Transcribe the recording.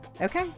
Okay